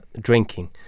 drinking